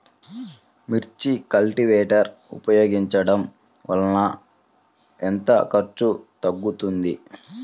మిర్చి కల్టీవేటర్ ఉపయోగించటం వలన ఎంత ఖర్చు తగ్గుతుంది?